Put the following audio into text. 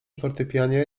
fortepianie